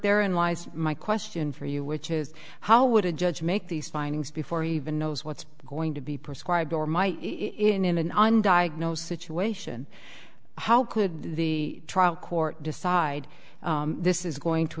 lies my question for you which is how would a judge make these findings before he even knows what's going to be prescribed or might in an undiagnosed situation how could the trial court decide this is going to